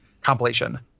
compilation